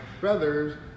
feathers